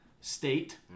State